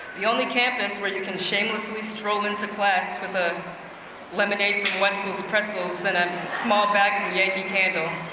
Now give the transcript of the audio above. the only campus where you can shamelessly stroll into class with a lemonade from wetzel's pretzels and a small bag in the yankee candle.